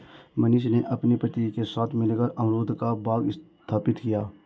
मनीषा ने अपने पति के साथ मिलकर अमरूद का बाग स्थापित किया